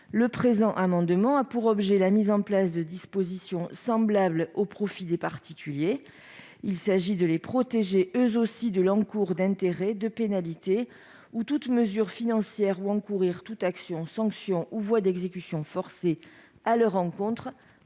Le présent amendement a pour objet de mettre en place des dispositions semblables au profit des particuliers. Il s'agit de les protéger eux aussi de l'encours d'intérêts, de pénalités ou de toute mesure financière, action, sanction ou voie d'exécution forcée pour retard